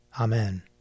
Amen